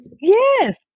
Yes